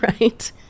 right